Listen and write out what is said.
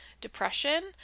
depression